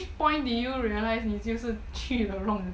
wait at which point did you realise 你是去了 wrong 的地方